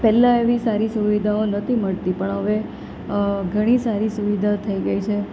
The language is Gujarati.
પહેલાં એવી સારી સુવિધાઓ નહોતી મળતી પણ હવે ઘણી સારી સુવિધા થઈ ગઈ છે